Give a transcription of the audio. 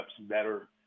better